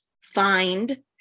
find